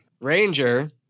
Ranger